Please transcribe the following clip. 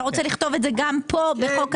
אתה רוצה לכתוב את זה גם פה בחוק-היסוד?